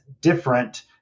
different